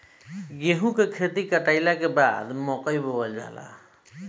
गेहूं के खेती कटाई कइला के बाद मकई के बोअल जाला